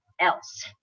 else